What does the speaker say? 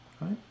right